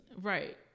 Right